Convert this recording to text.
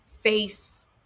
face